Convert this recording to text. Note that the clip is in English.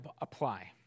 apply